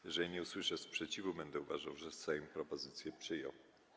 Jeżeli nie usłyszę sprzeciwu, będę uważał, że Sejm propozycje przyjął.